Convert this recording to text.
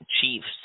Chiefs